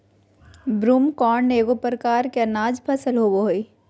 broomcorn एगो प्रकार के अनाज फसल होबो हइ